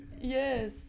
Yes